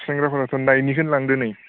सेंग्राफोराथ' नाइकिनिखौनो लांदों नै